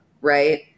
right